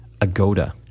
Agoda